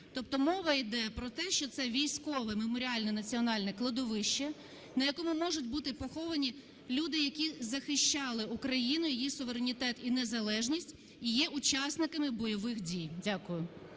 Тобто мова йде про те, що це Військове меморіальне національне кладовище, на якому можуть бути поховані люди, які захищали Україну, її суверенітет і незалежність і є учасниками бойових дій. Дякую.